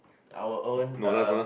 our own um